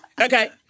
Okay